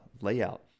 layout